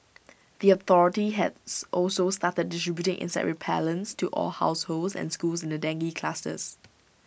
the authority has also started distributing insect repellents to all households and schools in the dengue clusters